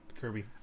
Kirby